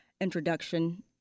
introduction